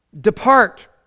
depart